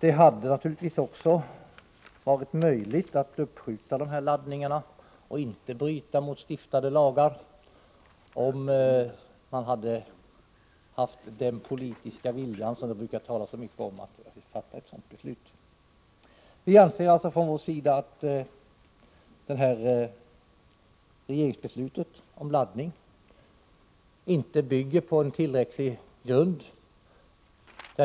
Det hade naturligtvis också varit möjligt att uppskjuta dessa laddningar och inte bryta mot stiftade lagar, om man hade haft den politiska viljan, som det brukar talas så mycket om. Vi anser alltså att regeringsbeslutet om laddning inte